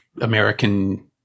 American